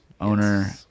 owner